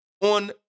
on